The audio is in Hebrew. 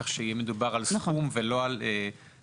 כך שיהיה מדובר על סכום ולא על האותיות.